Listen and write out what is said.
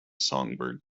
songbird